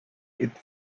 its